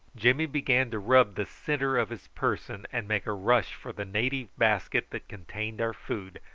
jimmy began to rub the centre of his person and make a rush for the native basket that contained our food,